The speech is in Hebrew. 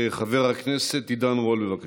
חבר הכנסת עידן רול, ואחריו,